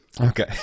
Okay